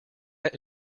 that